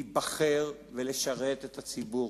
להיבחר ולשרת את הציבור,